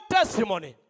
testimony